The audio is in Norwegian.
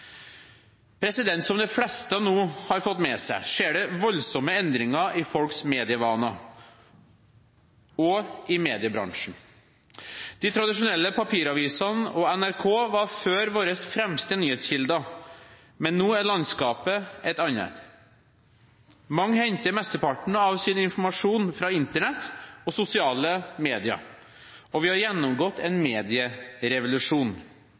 Som de fleste nå har fått med seg, skjer det voldsomme endringer i folks medievaner og i mediebransjen. De tradisjonelle papiravisene og NRK var før våre fremste nyhetskilder, men nå er landskapet et annet. Mange henter mesteparten av sin informasjon fra Internett og sosiale medier, og vi har gjennomgått en